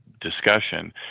discussion